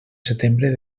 setembre